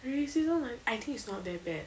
racism I I think it's not that bad